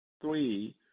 three